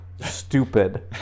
stupid